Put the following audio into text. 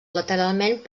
lateralment